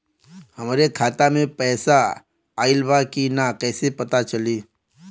हमरे खाता में पैसा ऑइल बा कि ना कैसे पता चली?